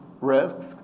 risks